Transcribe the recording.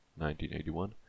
1981